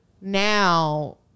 now